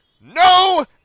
no